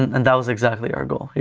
and that was exactly our goal.